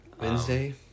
Wednesday